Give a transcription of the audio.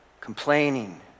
complaining